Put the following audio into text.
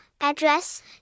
Address